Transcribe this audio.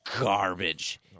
garbage